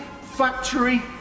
factory